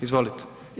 Izvolite.